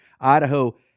Idaho